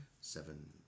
seven